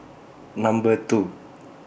Number two